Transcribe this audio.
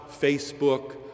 Facebook